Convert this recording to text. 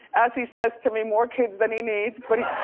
as he says to me, more kids than he needs. but